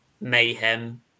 mayhem